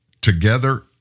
together